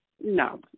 no